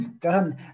done